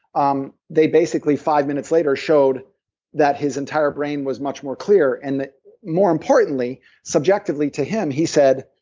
um they basically five minutes later showed that his entire brain was much more clear, and more importantly subjectively, to him, he said,